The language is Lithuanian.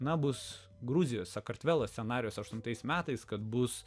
nebus gruzijos sakartvelo scenarijus aštuntais metais kad bus